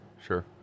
Sure